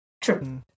true